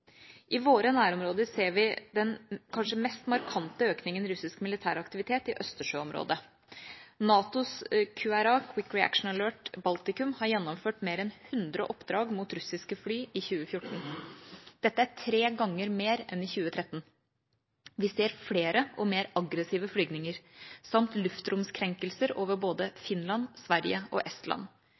I våre nærområder ser vi den kanskje mest markante økningen i russisk militæraktivitet i østersjøområdet. NATOs QRA – Quick Reaction Alert – i Baltikum har gjennomført mer enn 100 oppdrag mot russiske fly i 2014. Dette er tre ganger mer enn i 2013. Vi ser flere og mer aggressive flyvninger samt luftromskrenkelser over både Finland, Sverige og Estland.